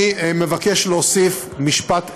אני מבקש להוסיף משפט אחד,